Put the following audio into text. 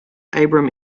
abram